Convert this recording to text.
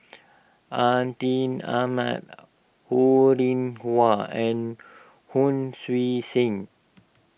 Atin Amat Ho Rih Hwa and Hon Sui Sen